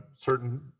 certain –